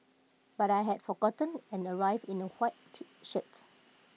but I had forgotten and arrived in A white T shirts